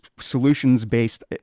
solutions-based